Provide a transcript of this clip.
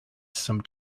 some